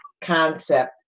concept